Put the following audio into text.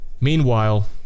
Meanwhile